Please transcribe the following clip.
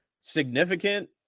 significant